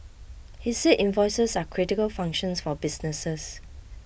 he said invoices are critical functions for businesses